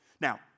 Now